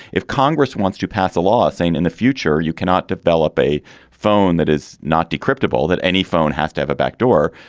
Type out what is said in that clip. if congress wants to pass a law saying in the future, you cannot develop a phone that is not decrypted, all that any phone has to have a backdoor.